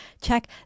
check